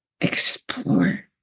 explore